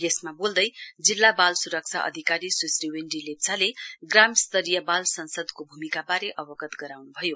यसमा बोल्दै जिल्ला बाल स्रक्षा अधिकारी वेन्डी लेप्चाले ग्राम स्तरीय बाल संसदको भूमिकाबारे अवगत गराउन्भयो